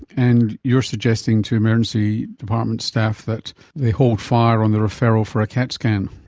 and you are suggesting to emergency department staff that they hold fire on the referral for a cat scan.